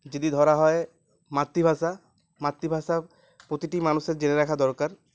যদি ধরা হয় মাতৃভাষা মাতৃভাষা প্রতিটি মানুষের জেনে রাখা দরকার